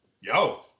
yo